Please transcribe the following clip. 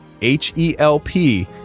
H-E-L-P